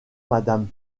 madame